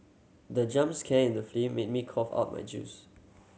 the jump scan in the made me cough out my juice